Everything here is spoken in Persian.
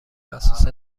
اساس